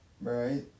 Right